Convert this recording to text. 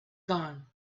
gone